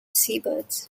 seabirds